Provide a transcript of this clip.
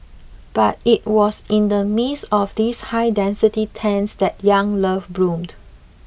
but it was in the midst of these high density tents that young love bloomed